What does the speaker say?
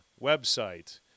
website